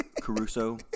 Caruso